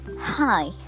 Hi